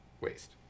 Waste